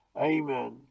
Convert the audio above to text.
Amen